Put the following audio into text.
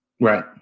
right